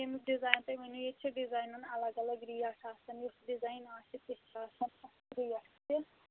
یَمیُک design تُہۍ ؤنِو ییٚتہِ چھِ ڈِزاینَن الگ الگ ریٹ آسَان یُس ڈِزایِن آسہِ تِژھ چھِ آسان تتھ ریٹ تہِ